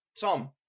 Tom